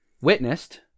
witnessed